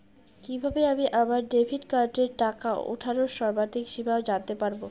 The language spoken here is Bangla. কিভাবে আমি আমার ডেবিট কার্ডের টাকা ওঠানোর সর্বাধিক সীমা জানতে পারব?